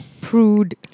prude